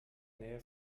nähe